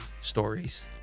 stories